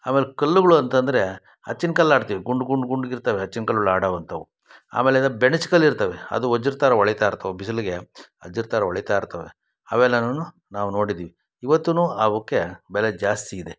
ಆಮೇಲೆ ಕಲ್ಲುಗಳು ಅಂತಂದರೆ ಅಚ್ಚಿನ ಕಲ್ಲು ಆಡ್ತೀವಿ ಗುಂಡು ಗುಂಡು ಗುಂಡುಗಿರ್ತವೆ ಅಚ್ಚಿನ ಕಲ್ಗಳು ಆಡುವಂಥವು ಆಮೇಲೆ ಅದು ಬೆಣಚು ಕಲ್ಲಿರ್ತವೆ ಅದು ವಜ್ರ ಥರ ಹೊಳಿತಾ ಇರ್ತವೆ ಬಿಸಿಲಿಗೆ ವಜ್ರ ಥರ ಹೊಳಿತಾ ಇರ್ತವೆ ಅವೆಲ್ಲನನ್ನೂ ನಾವು ನೋಡಿದ್ದೀವಿ ಇವತ್ತೂ ಅವಕ್ಕೆ ಬೆಲೆ ಜಾಸ್ತಿ ಇದೆ